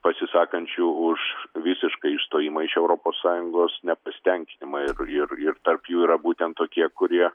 pasisakančių už visišką išstojimą iš europos sąjungos nepasitenkinimą ir ir ir tarp jų yra būtent tokie kurie